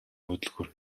хөдөлгүүр